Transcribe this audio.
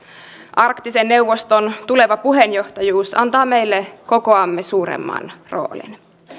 arktisen neuvoston tuleva puheenjohtajuus antaa meille kokoamme suuremman roolin